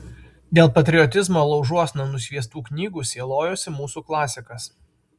dėl patriotizmo laužuosna nusviestų knygų sielojosi mūsų klasikas